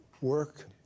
work